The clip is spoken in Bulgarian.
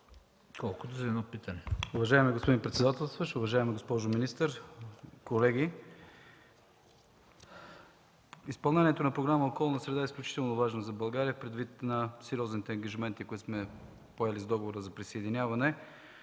колкото за едно питане.